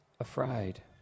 afraid